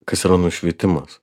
kas yra nušvitimas